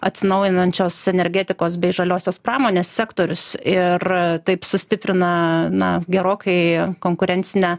atsinaujinančios energetikos bei žaliosios pramonės sektorius ir taip sustiprina na gerokai konkurencinę